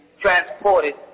transported